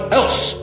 else